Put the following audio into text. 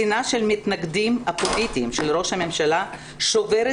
השנאה של המתנגדים הפוליטיים של לראש הממשלה שוברת